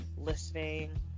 listening